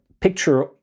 picture